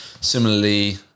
Similarly